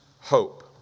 hope